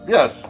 Yes